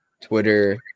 twitter